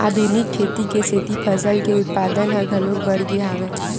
आधुनिक खेती के सेती फसल के उत्पादन ह घलोक बाड़गे हवय